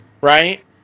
right